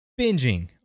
binging